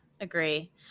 agree